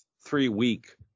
three-week